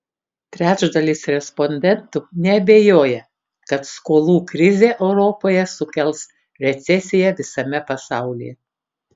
trečdalis respondentų neabejoja kad skolų krizė europoje sukels recesiją visame pasaulyje